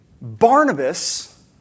Barnabas